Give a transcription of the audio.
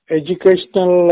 educational